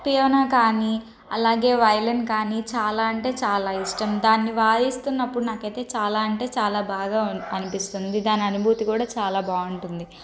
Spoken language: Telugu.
పియానో కానీ అలాగే వయోలిన్ కానీ చాలా అంటే చాలా ఇష్టం దాన్ని వాయిస్తున్నప్పుడు నాకైతే చాలా అంటే చాలా బాగా అనిపిస్తుంది దాని అనుభూతి కూడా చాలా బాగుంటుంది